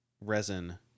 Resin